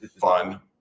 Fun